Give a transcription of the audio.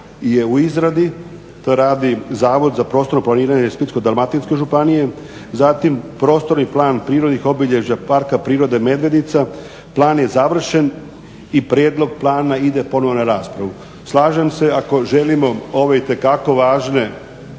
je u izradi. To radi Zavod za prostorno planiranje Splitsko-dalmatinske županije. Zatim, prostorni plan prirodnih obilježja Parka prirode Medvednica. Plan je završen i prijedlog plana ide ponovno na raspravu. Slažem se ako želimo ove itekako važne